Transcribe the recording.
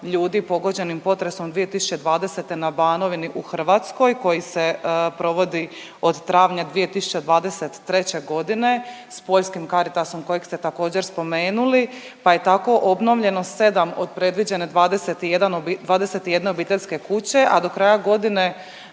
ljudi pogođenim potresom 2020. na Banovini u Hrvatskoj koji se provodi od travnja 2023. godine sa poljskim Caritasom kojeg ste također spomenuli, pa je tako obnovljeno 7 od predviđene 21 obiteljske kuće, a do kraja godine